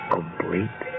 Complete